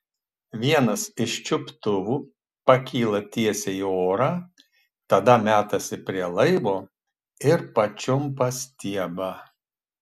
vienas iš čiuptuvų pakyla tiesiai į orą tada metasi prie laivo ir pačiumpa stiebą